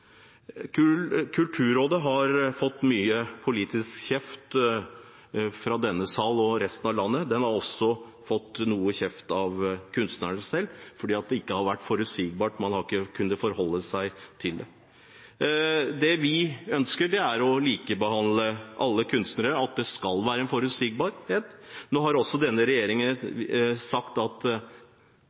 Kulturrådet har fått mye politisk kjeft fra denne sal og fra resten av landet. De har også fått noe kjeft av kunstnerne selv fordi det ikke har vært forutsigbart – man har ikke kunnet forholde seg til det. Det vi ønsker, er å likebehandle alle kunstnere, at det skal være forutsigbarhet. Nå har denne regjeringen sagt at